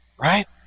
Right